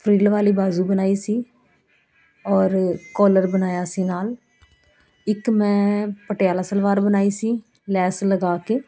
frill ਵਾਲੀ ਬਾਜੂ ਬਣਾਈ ਸੀ ਔਰ ਕੋਲਰ ਬਣਾਇਆ ਸੀ ਨਾਲ ਇੱਕ ਮੈਂ ਪਟਿਆਲਾ ਸਲਵਾਰ ਬਣਾਈ ਸੀ ਲੈਸ ਲਗਾ ਕੇ